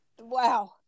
Wow